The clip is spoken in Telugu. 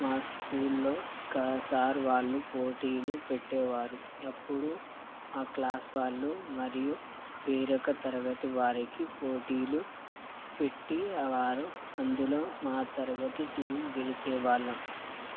మా స్కూల్లో స్కా సార్ వాళ్ళు పోటీలు పెట్టేవారు ఎప్పుడూ మా క్లాస్ వాళ్ళు మరియు వేరొక తరగతి వారికి పోటీలు పెట్టీ అవారు అందులో మా తరగతి టీం గెలిచే వాళ్ళం